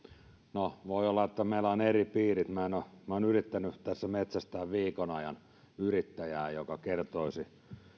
no voi olla että meillä on eri piirit minä olen yrittänyt tässä metsästää viikon ajan yrittäjää joka kertoisi